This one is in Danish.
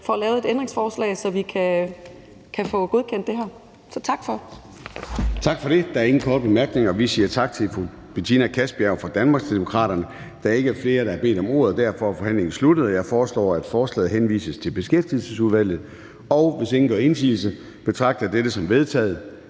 får lavet et ændringsforslag, så vi kan få godkendt det her. Kl.